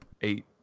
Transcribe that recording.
eight